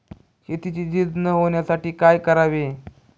शेतीची झीज न होण्यासाठी काय करावे?